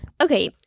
okay